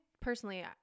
personally